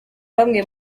bamwe